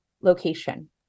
location